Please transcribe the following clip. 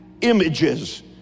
images